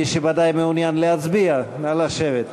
מי שבוודאי מעוניין להצביע, נא לשבת.